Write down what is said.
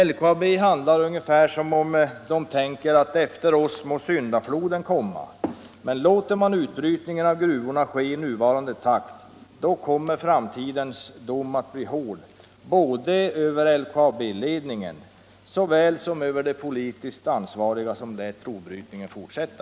LKAB handlar ungefär som om man tänkte: Efter oss må syndafloden komma. Låter man utbrytningen av gruvorna ske i nuvarande takt kommer framtidens dom att bli hård både över LKAB-ledningen och över de politiskt ansvariga, som lät rovbrytningen fortsätta.